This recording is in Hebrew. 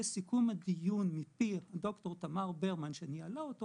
כסיכום הדיון מפי דוקטור תמר ברמן שניהלה אותו,